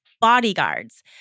bodyguards